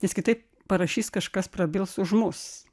nes kitaip parašys kažkas prabils už mus